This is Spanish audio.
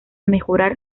mejorar